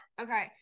Okay